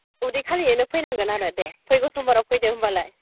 उदै खालियैनो फैनांगोन आरो दे फैगौ समबाराव फैदो होमबालाय